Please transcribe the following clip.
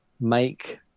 make